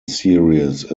series